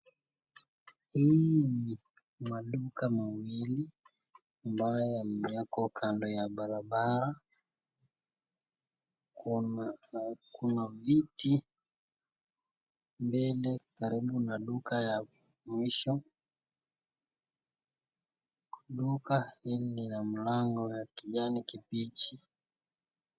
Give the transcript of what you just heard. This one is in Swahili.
Hii ni maduka mawili ambayo yamewekwa kandi ya barabara .Kuna viti mvele karibu na duka ya mwisho .Duka hili lina mlango wa kijani kibichi.